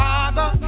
Father